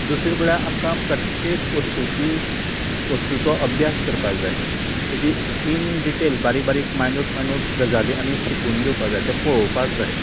दुसरें म्हळ्यार आमकां प्रत्येक वस्तुची वस्तुचो अभ्यास करपाक जाय ताची इन डिटेल बारीख बारीक मायन्यूट मायन्यूट गजाली आमीं शिकून घेवपाक जाय तें पोळोवपाक जाय